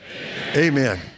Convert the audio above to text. Amen